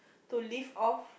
to leave off